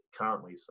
currently